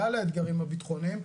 על כלל האתגרים הביטחוניים,